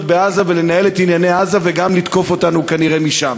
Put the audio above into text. בעזה ולנהל את ענייני עזה וגם לתקוף אותנו כנראה משם.